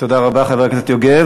תודה רבה, חבר הכנסת יוגב.